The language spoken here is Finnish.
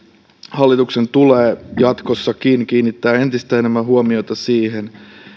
hallituksen tulee jatkossakin kiinnittää entistä enemmän huomiota siihen